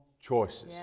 choices